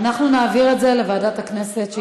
ועדת ביקורת.